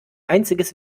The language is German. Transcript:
einziges